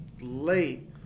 late